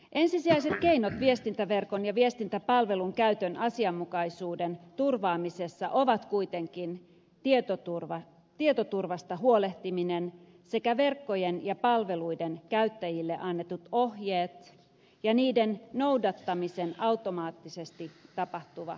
ensisijaiset keinot viestintäverkon ja viestintäpalvelun käytön asianmukaisuuden turvaamisessa ovat kuitenkin tietoturvasta huolehtiminen sekä verkkojen ja palveluiden käyttäjille annetut ohjeet ja niiden noudattamisen automaattisesti tapahtuva seuranta